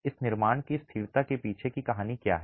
इस निर्माण की स्थिरता के पीछे की कहानी क्या है